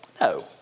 No